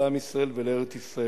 לעם ישראל ולארץ-ישראל,